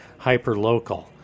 hyperlocal